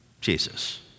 Jesus